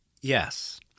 Yes